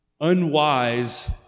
unwise